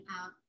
out